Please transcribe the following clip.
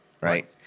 right